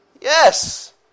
Yes